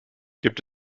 gibt